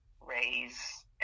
raise